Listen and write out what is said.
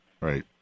right